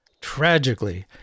Tragically